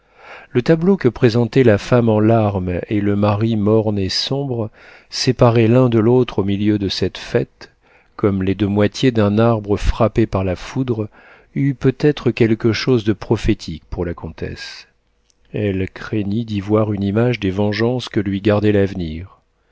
le tableau que présentaient la femme en larmes et le mari morne et sombre séparés l'un de l'autre au milieu de cette fête comme les deux moitiés d'un arbre frappé par la foudre eut peut-être quelque chose de prophétique pour la comtesse elle craignit d'y voir une image des vengeances que lui gardait l'avenir